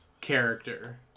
character